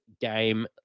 game